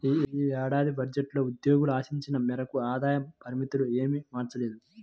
ఈ ఏడాది బడ్జెట్లో ఉద్యోగులు ఆశించిన మేరకు ఆదాయ పరిమితులు ఏమీ మార్చలేదు